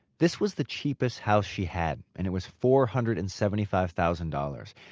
this was the cheapest house she had, and it was four hundred and seventy five thousand dollars.